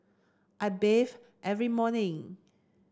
I bathe every morning